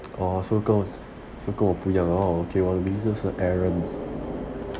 orh so 跟我不一样我的名字是 aaron